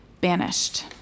banished